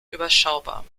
überschaubar